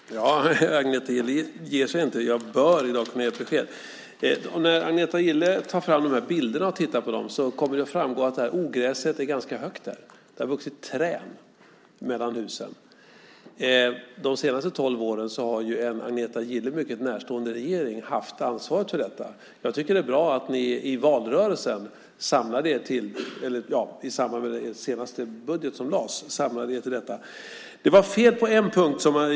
Herr talman! Agneta Gille ger sig inte - jag bör i dag kunna ge ett besked. Om Agneta Gille tar fram de där bilderna och tittar på dem kommer det att framgå att ogräset är ganska högt. Det har vuxit träd mellan husen. De senaste tolv åren har ju en Agneta Gille mycket närstående regering haft ansvaret för detta. Jag tycker att det är bra att ni i samband med den senaste budget som lades samlade er till detta.